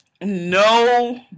no